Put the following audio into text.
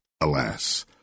Alas